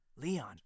Leon